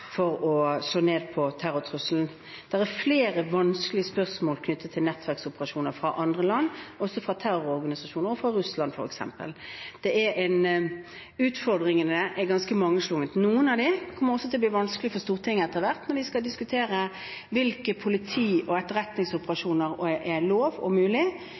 slå ned på terrortrusselen. Det er flere vanskelig spørsmål knyttet til nettverksoperasjoner fra andre land, også fra terrororganisasjoner fra Russland, f.eks. Utfordringene er ganske mangslungne. Noen av dem kommer også til å bli vanskelige for Stortinget etter hvert, når vi skal diskutere hvilke politi- og etterretningsoperasjoner som er lov og